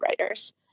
writers